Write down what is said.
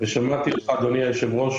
שמעתי אותך אדוני היושב-ראש,